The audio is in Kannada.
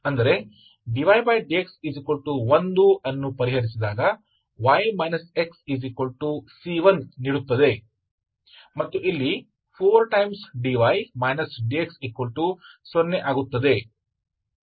ಅಂದರೆ dydx1 ಅನ್ನು ಪರಿಹರಿಸಿದಾಗ y x C1 ನೀಡುತ್ತದೆ ಮತ್ತು ಇಲ್ಲಿ 4dy dx0 ಆಗುತ್ತದೆ